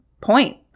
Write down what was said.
point